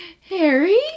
Harry